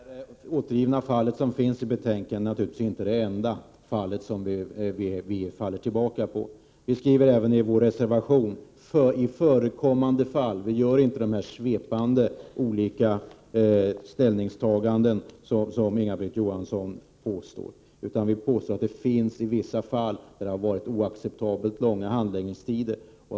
Herr talman! Det fall som finns återgivet i betänkandet är naturligtvis inte det enda vi har att falla tillbaka på. Vi skriver även i vår reservation orden i förekommande fall. Vi gör inte dessa svepande uttalanden som Inga-Britt Johansson påstår. Vi påstår att det i vissa fall har varit oacceptabelt långa handläggningstider.